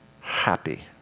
happy